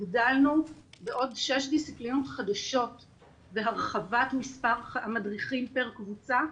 הגדלנו בעוד שש דיסציפלינות חדשות והרחבת מספר המדריכים פר קבוצה,